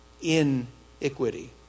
Iniquity